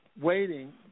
waiting